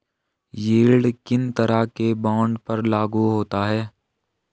Yield किन तरह के बॉन्ड पर लागू होता है?